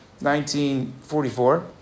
1944